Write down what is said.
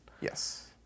Yes